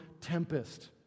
tempest